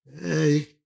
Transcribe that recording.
Hey